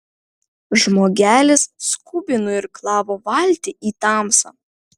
žmogelis skubiai nuirklavo valtį į tamsą